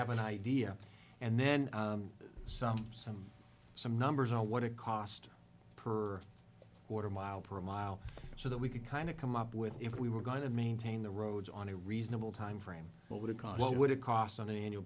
have an idea and then some some some numbers are what it cost per quarter mile per mile so that we could kind of come up with if we were going to maintain the roads on a reasonable timeframe what would it cost what would it cost on an an